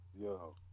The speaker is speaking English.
Yo